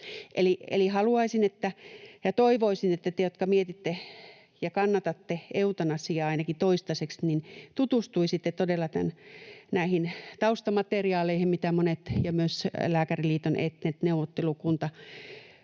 haluaisin ja toivoisin, että te, jotka mietitte ja kannatatte eutanasiaa ainakin toistaiseksi, tutustuisitte todella näihin taustamateriaaleihin, mitä monet ovat tehneet. Myös Lääkäriliiton eettinen neuvottelukunta